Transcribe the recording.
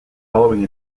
following